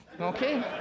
okay